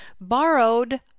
borrowed